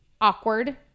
awkward